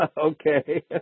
okay